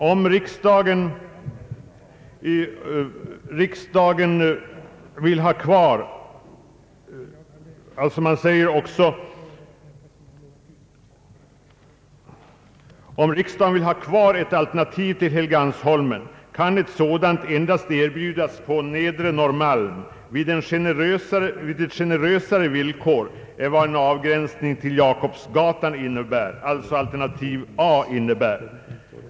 Om = :riksdagen till den tidpunkt då lokaliseringsfrågan kan avgöras vill ha kvar ett alternativ till Helgeandsholmen, kan ett sådant endast erbjudas på nedre Norrmalm vid generösare villkor än vad en avgränsning till Jakobsgatan innebär.